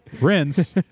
rinse